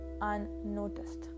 unnoticed